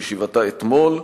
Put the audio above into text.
בישיבתה אתמול,